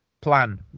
plan